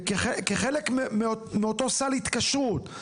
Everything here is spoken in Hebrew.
כחלק מאותו סל התקשרות.